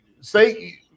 say